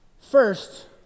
First